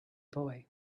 boy